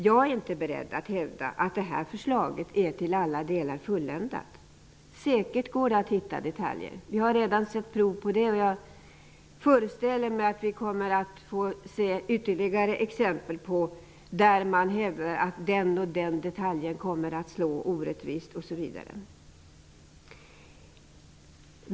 Jag är inte beredd att hävda att det här förslaget är till alla delar fulländat. Säkert går det att hitta detaljer. Vi har redan sett prov på det, och jag föreställer mig att vi kommer att få se ytterligare exempel, där man hävdar att den och den detaljen kommer att slå orättvist.